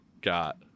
got